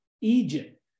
Egypt